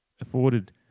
afforded